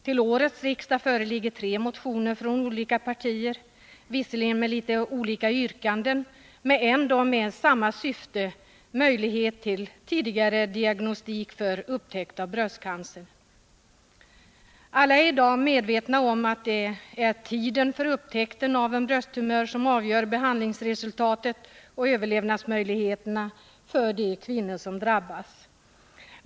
Till innevarande riksmöte föreligger tre motioner från olika partier, visserligen med litet olika yrkanden men ändå med samma Alla är i dag medvetna om att det är tidpunkten för upptäckten av en brösttumör som avgör behandlingsresultatet och överlevnadsmöjligheterna för de kvinnor som drabbas.